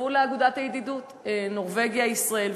יצטרפו לאגודת הידידות נורבגיה ישראל,